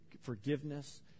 forgiveness